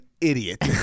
idiot